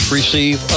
receive